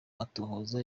matohoza